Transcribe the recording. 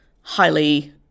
highly